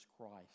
Christ